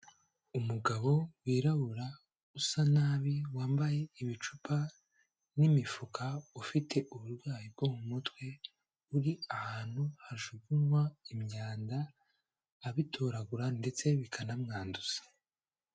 Umugabo wirabura usa nabi wambaye ibicupa n'imifuka ufite uburwayi bwo mu mutwe, uri ahantu hajugunywa imyanda, abitoragura ndetse bikanamwanduza.